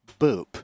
boop